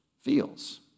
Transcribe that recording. feels